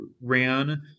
ran